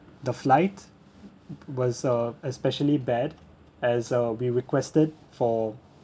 the flight it was uh especially bad as uh we requested for